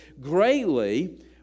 greatly